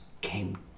came